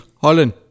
Holland